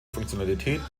funktionalität